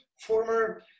former